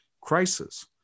crisis